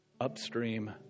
upstream